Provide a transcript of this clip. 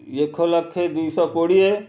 ଏକ ଲକ୍ଷ ଦୁଇ ଶହ କୋଡ଼ିଏ